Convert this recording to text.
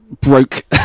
broke